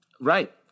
Right